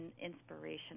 inspiration